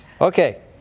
Okay